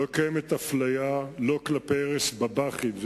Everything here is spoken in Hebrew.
לא קיימת אפליה, לא בהרס בב"חים,